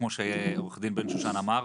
כמו שעוה"ד בן שושן אמר,